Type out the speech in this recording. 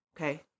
Okay